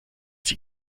sie